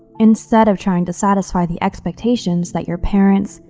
instead of trying to satisfy the expectations' that your parents,